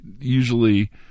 usually